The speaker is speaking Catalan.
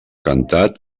cantat